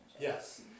Yes